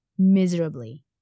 miserably